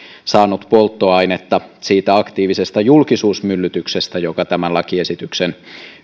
saanut polttoainetta siitä aktiivisesta julkisuusmyllytyksestä joka tämän lakiesityksen